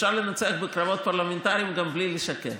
אפשר לנצח בקרבות פרלמנטריים גם בלי לשקר.